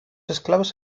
esclavos